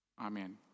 Amen